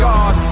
God